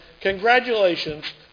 Congratulations